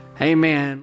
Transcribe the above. amen